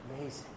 Amazing